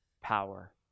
power